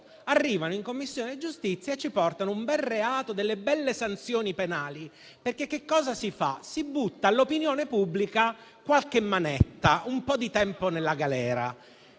Arrivano in Commissione giustizia e ci portano un bel reato e delle belle sanzioni penali. Che cosa si fa? Si buttano all'opinione pubblica qualche manetta e un po' di tempo in galera.